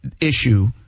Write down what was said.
issue